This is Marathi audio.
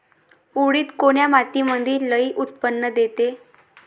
उडीद कोन्या मातीमंदी लई उत्पन्न देते?